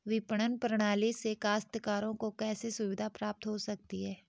विपणन प्रणाली से काश्तकारों को कैसे सुविधा प्राप्त हो सकती है?